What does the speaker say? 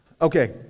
Okay